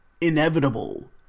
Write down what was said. inevitable